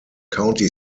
county